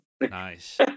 Nice